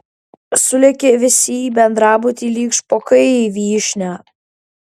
sulėkė visi į bendrabutį lyg špokai į vyšnią